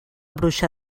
bruixa